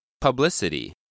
Publicity